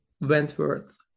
Wentworth